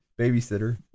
babysitter